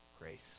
grace